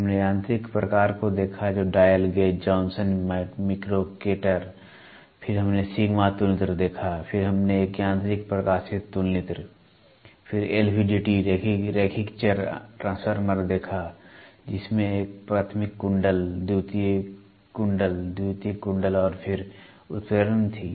हमने यांत्रिक प्रकार को देखा जो डायल गेज जॉन्सन मिक्रोकेटर है फिर हमने सिग्मा तुलनित्र देखा फिर हमने एक यांत्रिक प्रकाशीय तुलनित्र फिर LVDT रैखिक चर अंतर ट्रांसफार्मर देखा जिसमें एक प्राथमिक कुंडल द्वितीयक कुंडल और फिर उत्प्रेरण थी